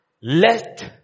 Let